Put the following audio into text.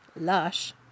Lush